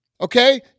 okay